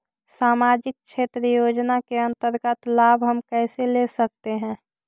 समाजिक क्षेत्र योजना के अंतर्गत लाभ हम कैसे ले सकतें हैं?